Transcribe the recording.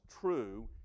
true